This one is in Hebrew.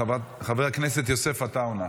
--- חבר הכנסת יוסף עטאונה,